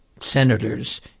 senators